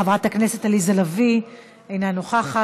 חברת הכנסת עליזה לביא, אינה נוכחת.